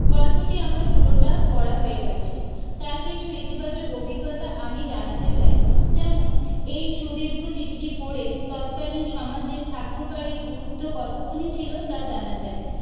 গল্পটি আমার পুরোটা পড়া হয়ে গেছে তার কিছু ইতিবাচক অভিজ্ঞতা আমি জানাতে চাই যেমন এই সুদীর্ঘ চিঠিটি পড়ে তৎকালীন সমাজে ঠাকুরবাড়ির গুরুত্ব কতখানি ছিলো তা জানা যায়